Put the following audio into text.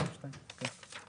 כן.